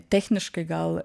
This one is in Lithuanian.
techniškai gal